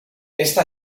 esta